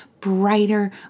brighter